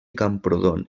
camprodon